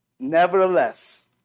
Nevertheless